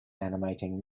animating